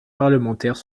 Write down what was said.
parlementaires